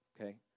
Okay